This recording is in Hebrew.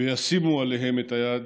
וישימו עליהם את היד